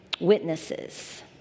Witnesses